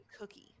cookie